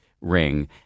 Ring